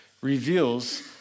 reveals